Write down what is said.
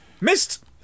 missed